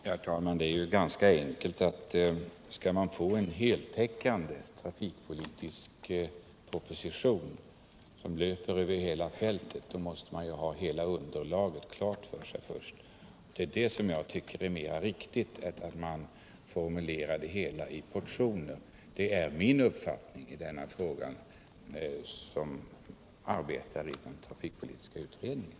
Herr talman! Det är ganska enkelt att förklara. Om man skall kunna skriva en heltäckande trafikpolitisk proposition, som alltså löper över hela fältet, måste man naturligtvis ha hela underlaget klart för sig först. Det tycker jag också är riktigare än att formulera förslagen i småportioner. Detta är min uppfattning i denna fråga som arbetande i den trafikpolitiska utredningen.